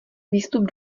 výstup